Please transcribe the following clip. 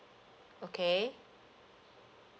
okay